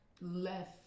left